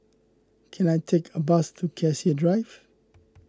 can I take a bus to Cassia Drive